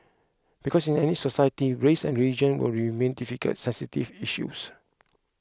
because in any society race and religion will remain difficult sensitive issues